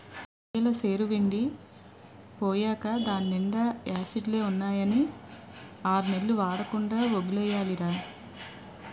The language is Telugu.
రొయ్యెల సెరువెండి పోయేకా దాన్నీండా యాసిడ్లే ఉన్నాయని ఆర్నెల్లు వాడకుండా వొగ్గియాలిరా